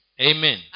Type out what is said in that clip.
Amen